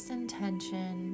intention